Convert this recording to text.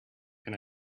can